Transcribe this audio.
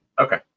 Okay